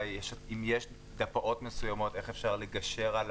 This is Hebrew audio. אם יש דרכי פעולה אפשריות איך אפשר לגשר על